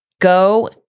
go